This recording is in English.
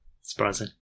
Surprising